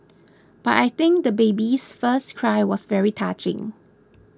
but I think the baby's first cry was very touching